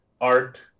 art